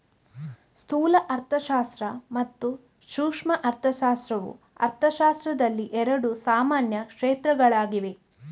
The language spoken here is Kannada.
ಸ್ಥೂಲ ಅರ್ಥಶಾಸ್ತ್ರ ಮತ್ತು ಸೂಕ್ಷ್ಮ ಅರ್ಥಶಾಸ್ತ್ರವು ಅರ್ಥಶಾಸ್ತ್ರದಲ್ಲಿ ಎರಡು ಸಾಮಾನ್ಯ ಕ್ಷೇತ್ರಗಳಾಗಿವೆ